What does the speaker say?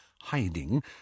hiding